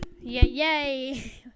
Yay